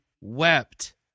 wept